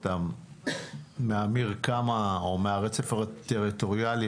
אותם מהמרקם או מהרצף הטריטוריאלי,